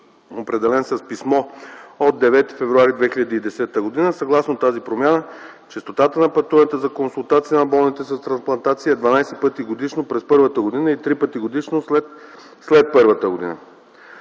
определен с писмо от 9 февруари 2010 г. Съгласно тази промяна честотата на пътуванията за консултации на болните с трансплантация е 12 пъти годишно – през първата година и 3 пъти годишно – след първата година.”